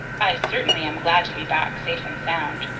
i certainly am glad to be back safe and sound,